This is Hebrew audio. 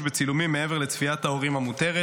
בצילומים מעבר לצפיית ההורים המותרת.